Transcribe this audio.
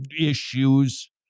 issues